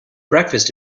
breakfast